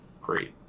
great